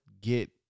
get